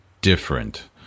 different